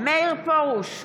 מאיר פרוש,